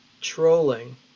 trolling